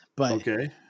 Okay